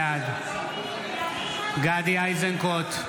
בעד גדי איזנקוט,